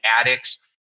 addicts